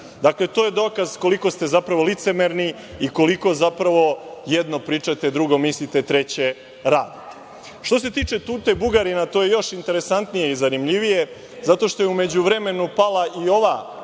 to je dokaz koliko ste, zapravo licemerni i koliko jedno pričate, drugo mislite, treće radite. Što se tiče Tute Bugarina, to je još interesantnije i zanimljivije, zato što je u međuvremenu pala i ovaj